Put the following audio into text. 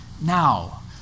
now